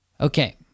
Okay